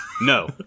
No